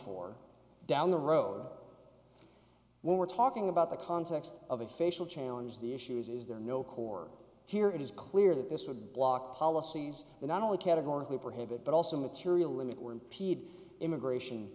for down the road when we're talking about the context of a facial challenge the issue is is there no core here it is clear that this would block policies that not only categorically prohibit but also material limit were pede immigration